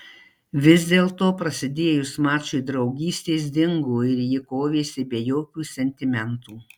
vis dėlto prasidėjus mačui draugystės dingo ir ji kovėsi be jokių sentimentų